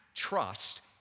trust